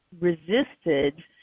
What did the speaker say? resisted